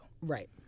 Right